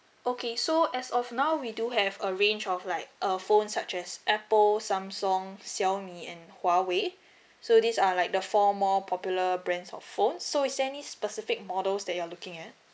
okay so as of now we do have a range of like uh phone such as apple samsung xiaomi and huawei so these are like the four more popular brands of phone so is there any specific models that you're looking at